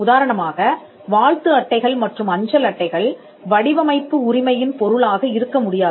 உதாரணமாக வாழ்த்து அட்டைகள் மற்றும் அஞ்சல் அட்டைகள் வடிவமைப்பு உரிமையின் பொருளாக இருக்க முடியாது